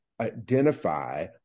identify